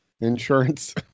Insurance